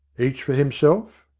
each for himself?